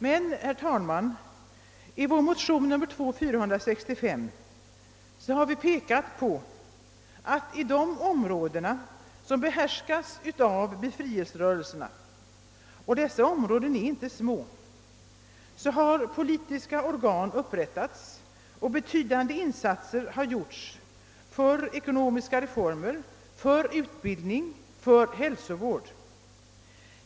Men i motionsparet I: 404 och II: 465 har vi pekat på att i de områden som behärskas av befrielserörelserna — och dessa områden är inte små — har politiska organ upprättats och betydande insatser gjorts för ekonomiska reformer, för utbildning och för hälsovård.